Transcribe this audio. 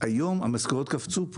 היום המשכורות פה קפצו,